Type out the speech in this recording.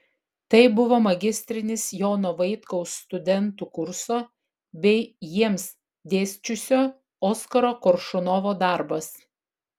tai buvo magistrinis jono vaitkaus studentų kurso bei jiems dėsčiusio oskaro koršunovo darbas